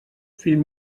fill